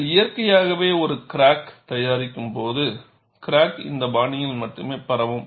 நீங்கள் இயற்கையாகவே ஒரு கிராக் தயாரிக்கும்போது கிராக் இந்த பாணியில் மட்டுமே பரவும்